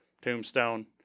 Tombstone